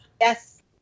Yes